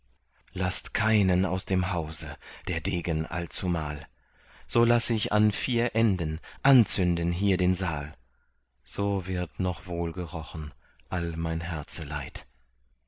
laßt keinem aus dem hause der degen allzumal so laß ich an vier enden anzünden hier den saal so wird noch wohl gerochen all mein